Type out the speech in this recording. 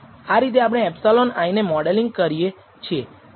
આ રીતે આપણે ε i ને મોડેલીંગ કરીએ છીએ